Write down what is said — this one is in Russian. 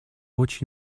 очень